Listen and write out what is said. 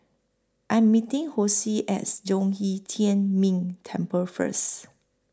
I Am meeting Hosea as Zhong Yi Tian Ming Temple First